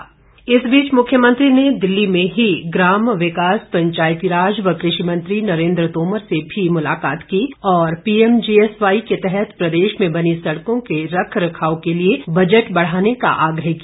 PMGSY इसी बीच मुख्यमंत्री ने दिल्ली में ही ग्राम विकास पंचायतीराज व कृषि मंत्री नरेन्द्र तोमर से भी मुलाकात की और पीएमजीएसवाई के तहत प्रदेश में बनी सड़क रख रखाव के लिए बजट बढ़ाने का आग्रह किया